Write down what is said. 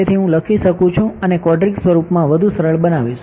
તેથી હું લખી શકું છું આને ક્વોડ્રિક સ્વરૂપમાં વધુ સરળ બનાવીશ